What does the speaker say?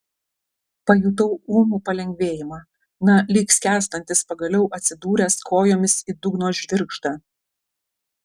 pajutau ūmų palengvėjimą na lyg skęstantis pagaliau atsidūręs kojomis į dugno žvirgždą